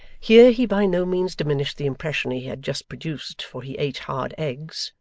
here he by no means diminished the impression he had just produced, for he ate hard eggs,